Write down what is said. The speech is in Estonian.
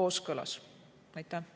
kooskõlas. Suur